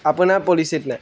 আপোনাৰ পলিচিত নাই